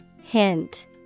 Hint